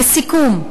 לסיכום,